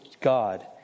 God